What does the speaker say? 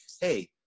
hey